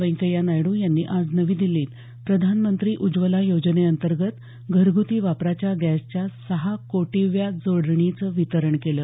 व्यंकय्या नायडू यांनी आज नवी दिल्लीत प्रधानमंत्री उज्ज्वला योजनेअंतर्गत घरग्ती वापराच्या गॅसच्या सहा कोटीव्या जोडणीचं वितरण केलं